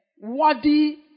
worthy